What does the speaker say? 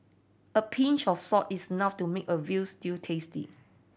a pinch of salt is enough to make a veal stew tasty